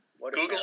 Google